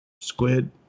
squid